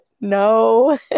No